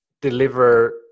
deliver